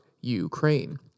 Ukraine